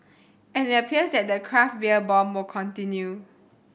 and it appears that the craft beer boom will continue